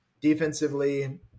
defensively